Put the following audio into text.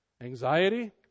Anxiety